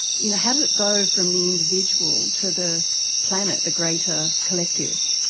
you know how does it go from the individual to the planet, the greater collective?